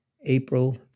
April